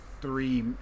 three